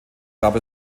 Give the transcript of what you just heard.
gab